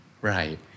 Right